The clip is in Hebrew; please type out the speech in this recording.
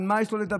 על מה יש לו לדבר,